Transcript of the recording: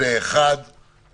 הצבעה הצעת החוק אושרה.